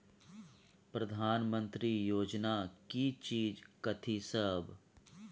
प्रधानमंत्री योजना की चीज कथि सब?